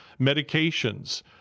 medications